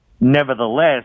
Nevertheless